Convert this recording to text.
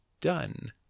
done